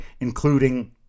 including